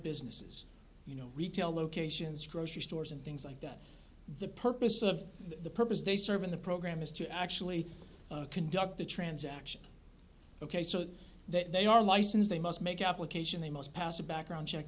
businesses you know retail locations grocery stores and things like that the purpose of the purpose they serve in the program is to actually conduct the transaction ok so that they are licensed they must make application they must pass a background check